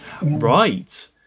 Right